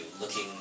looking